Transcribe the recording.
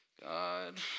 God